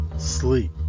Sleep